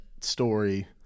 story